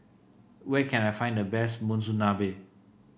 where can I find the best Monsunabe